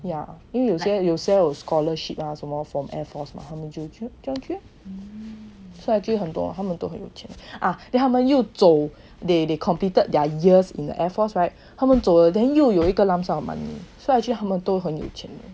yeah 因为有些有些有 scholarship ah 什么 for air force 他们就去 so actually 很多他们都很有趣 ah then 他们又走 they they completed their years in the air force right 他们走了 then 又有一个 lump sum of money so actually 他们都很钱